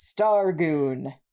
stargoon